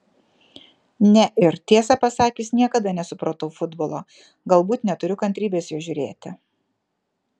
ne ir tiesą pasakius niekada nesupratau futbolo galbūt neturiu kantrybės jo žiūrėti